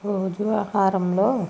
రోజూ ఆహారంలో